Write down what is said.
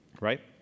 right